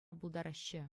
пултараҫҫӗ